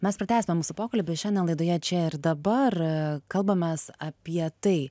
mes pratęsime mūsų pokalbį šiandien laidoje čia ir dabar kalbamės apie tai